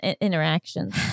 interactions